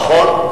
נכון,